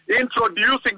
introducing